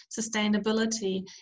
sustainability